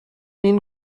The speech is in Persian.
این